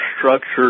structured